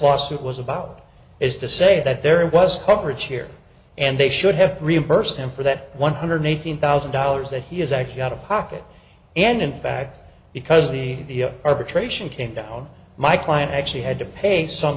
lawsuit was about is to say that there was coverage here and they should have reimbursed him for that one hundred eighteen thousand dollars that he has actually out of pocket and in fact because the arbitration came down my client actually had to pay some